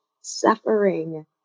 suffering